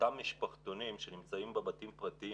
אותם משפחתונים שנמצאים בבתים הפרטיים